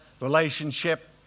relationship